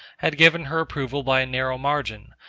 had given her approval by a narrow margin,